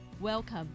Welcome